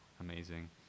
amazing